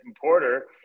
Porter